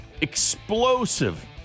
Explosive